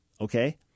okay